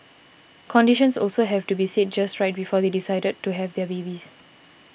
conditions also have to be seen just right before they decide to have their babies